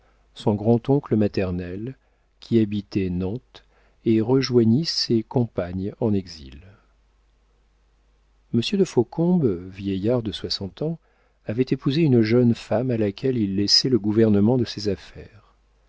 son grand-oncle maternel qui habitait nantes et rejoignit ses compagnes en exil monsieur de faucombe vieillard de soixante ans avait épousé une jeune femme à laquelle il laissait le gouvernement de ses affaires